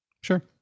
sure